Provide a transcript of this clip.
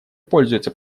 пользуется